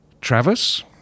Travis